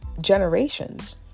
generations